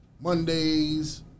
Mondays